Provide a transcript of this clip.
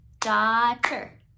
daughter